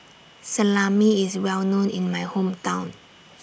Salami IS Well known in My Hometown